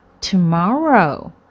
tomorrow